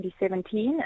2017